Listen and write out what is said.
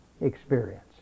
experience